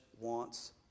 wants